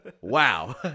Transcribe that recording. Wow